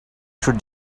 should